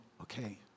okay